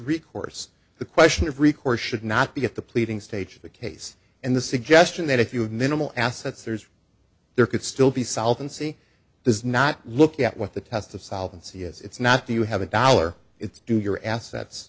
recourse the question of recourse should not be if the pleading stage of the case and the suggestion that if you have minimal assets there's there could still be solved and c does not look at what the test of solve and see is it's not do you have a dollar it's do your assets